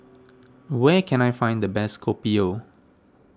where can I find the best Kopi O